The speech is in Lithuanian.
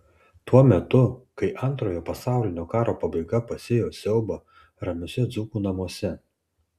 tuo metu kai antrojo pasaulinio karo pabaiga pasėjo siaubą ramiuose dzūkų namuose